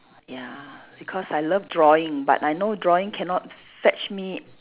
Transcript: ya because I love drawing but I know drawing cannot fetch me